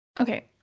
Okay